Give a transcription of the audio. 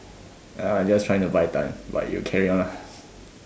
just trying to buy time but you carry on lah